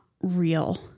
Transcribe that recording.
real